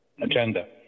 agenda